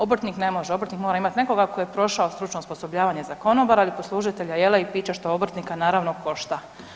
Obrtnik ne može, obrtnik mora imati nekoga ko je prošao stručno osposobljavanje za konobara ili poslužitelja jela i pića što obrtnika naravno košta.